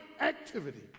activity